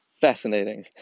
fascinating